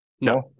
No